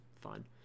fine